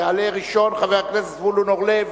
יעלה ראשון חבר הכנסת זבולון אורלב,